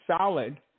solid